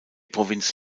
provinz